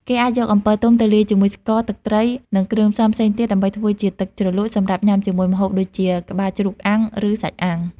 គេអាចយកអំពិលទុំទៅលាយជាមួយស្ករ ទឹកត្រី និងគ្រឿងផ្សំផ្សេងទៀតដើម្បីធ្វើជាទឹកជ្រលក់សម្រាប់ញ៉ាំជាមួយម្ហូបដូចជា ក្បាលជ្រូកអាំង ឬ សាច់អាំង។